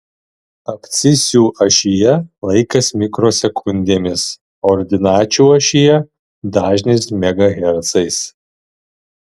abscisių ašyje laikas mikrosekundėmis ordinačių ašyje dažnis megahercais